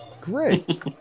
Great